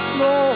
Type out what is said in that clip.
no